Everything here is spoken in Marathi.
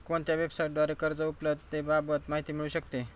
कोणत्या वेबसाईटद्वारे कर्ज उपलब्धतेबाबत माहिती मिळू शकते?